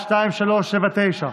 2379,